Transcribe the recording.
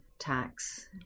tax